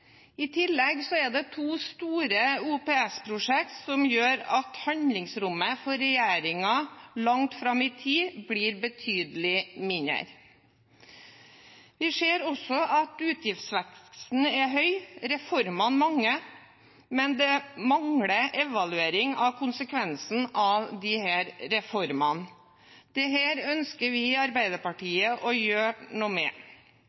I tillegg er det to store OPS-prosjekter som gjør at handlingsrommet til regjeringen langt fram i tid blir betydelig mindre. Vi ser også at utgiftsveksten er høy og reformene mange, men det mangler evaluering av konsekvensene av disse reformene. Dette ønsker vi i Arbeiderpartiet å gjøre noe med.